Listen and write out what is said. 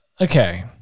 Okay